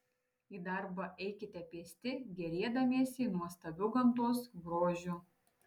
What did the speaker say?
į darbą eikite pėsti gėrėdamiesi nuostabiu gamtos grožiu